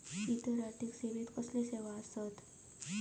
इतर आर्थिक सेवेत कसले सेवा आसत?